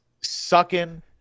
sucking